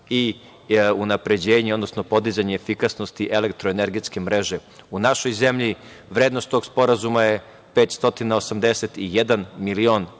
i unapređenje, odnosno podizanje efikasnosti elektroenergetske mreže u našoj zemlji. Vrednost tog sporazuma je 581 miliona